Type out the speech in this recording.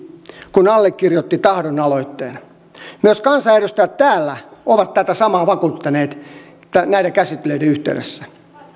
kun allekirjoitti tahdon aloitteen myös kansanedustajat täällä ovat tätä samaa vakuuttaneet näiden käsittelyiden yhteydessä